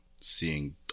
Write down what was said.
seeing